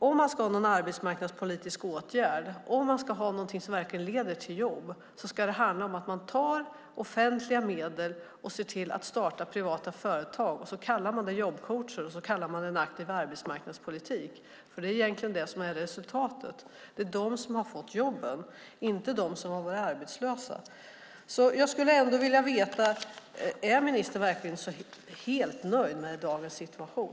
Om man ska ha någon arbetsmarknadspolitisk åtgärd och någonting som verkligen leder till jobb ska det handla om att man tar offentliga medel till att starta privata företag, och så kallar man det jobbcoacher och en aktiv arbetsmarknadspolitik. Det är egentligen resultatet. Det är de som har fått jobben och inte de som är arbetslösa. Jag vill ändå veta: Är ministern så helt nöjd med dagens situation?